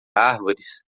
árvores